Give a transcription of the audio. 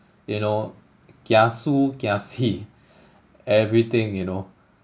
you know kiasu kiasi everything you know